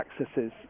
accesses